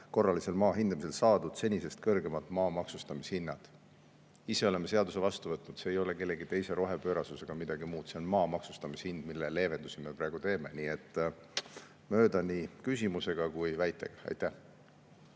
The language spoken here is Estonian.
korralisel maa hindamisel [määratud] senisest kõrgemad maa maksustamishinnad. Ise oleme seaduse vastu võtnud, see ei ole kellegi teise rohepöörasus ega midagi muud, see on maa maksustamishind, mille [tõusu] leevendusi me praegu teeme. Nii et [panite] mööda nii küsimusega kui ka väitega.